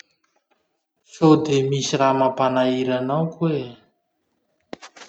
Sode misy raha mampanahira anao koahy?